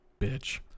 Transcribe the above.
bitch